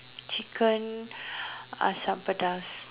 chicken asam pedas